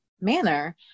manner